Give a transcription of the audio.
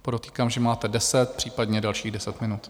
Podotýkám, že máte deset, případně dalších deset minut.